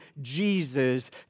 Jesus